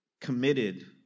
committed